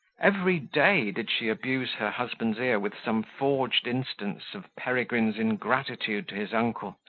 every day, did she abuse her husband's ear with some forged instance of peregrine's ingratitude to his uncle,